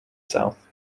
south